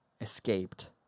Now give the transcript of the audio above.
escaped